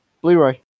Blu-ray